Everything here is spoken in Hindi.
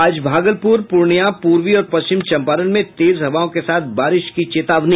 आज भागलपुर पूर्णिया पूर्वी और पश्चिमी चंपारण में तेज हवाओं के साथ बारिश की चेतावनी